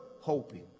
hoping